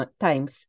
times